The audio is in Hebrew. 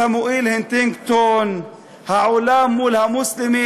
סמואל הנטינגטון, העולם מול המוסלמים.